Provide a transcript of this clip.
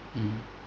mm